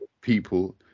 people